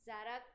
Zara